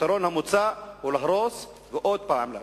הפתרון המוצע הוא להרוס ועוד להרוס.